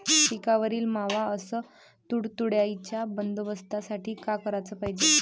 पिकावरील मावा अस तुडतुड्याइच्या बंदोबस्तासाठी का कराच पायजे?